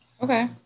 Okay